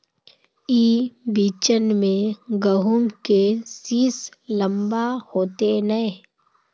ई बिचन में गहुम के सीस लम्बा होते नय?